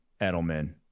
Edelman